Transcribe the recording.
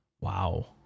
wow